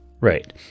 Right